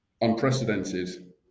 unprecedented